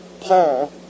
Paul